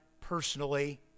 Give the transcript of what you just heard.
personally